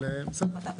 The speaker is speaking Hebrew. אבל בסדר,